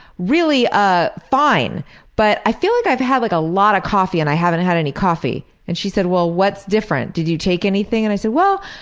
really ah fine but i feel like i've had like a lot of coffee and i haven't had any coffee' and she said well what's different? did you take anything? and i said well,